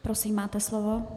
Prosím, máte slovo.